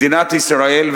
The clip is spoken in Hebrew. מדינת ישראל,